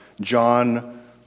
John